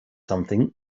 something